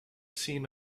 seen